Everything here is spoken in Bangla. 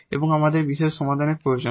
এবং আমাদের একটি পার্টিকুলার সমাধান প্রয়োজন